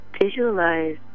visualize